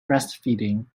breastfeeding